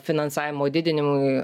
finansavimo didinimui